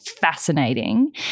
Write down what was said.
fascinating